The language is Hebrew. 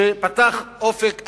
שפתח אופק אדיר,